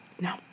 No